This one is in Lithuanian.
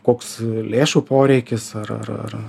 koks lėšų poreikis ar ar ar